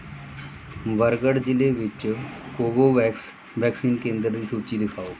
ਬਰਗੜ ਜਿਲ੍ਹੇ ਵਿੱਚ Covovax vaccine ਕੇਂਦਰ ਦੀ ਸੂਚੀ ਦਿਖਾਓ